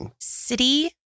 city